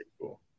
cool